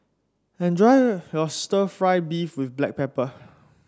enjoy your stir fry beef with Black Pepper